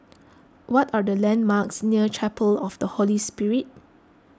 what are the landmarks near Chapel of the Holy Spirit